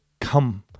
come